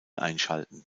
einschalten